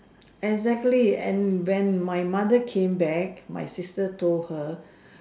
exactly and when my mother came back my sister told her